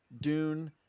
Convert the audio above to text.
Dune